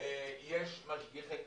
שיש משגיחי כשרות,